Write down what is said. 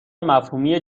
مفهومی